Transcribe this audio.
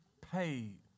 paid